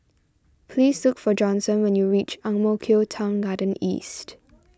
please look for Johnson when you reach Ang Mo Kio Town Garden East